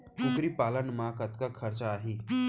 कुकरी पालन म कतका खरचा आही?